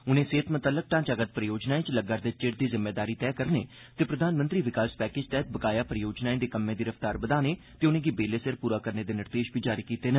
उनें सेह्त मतल्लक ढांचागत परियोजनाएं च लग्गा'रदे चिर दी जिम्मेदारी तैय करने ते प्रधानमंत्री विकास पैकेज तैहत बकाया परियोजनाएं दे कम्मे दी रफ्तार बधाने ते बेल्ले सिर पूरा करने दे निर्देश बी जारी कीते न